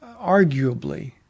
arguably